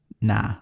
Nah